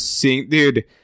Dude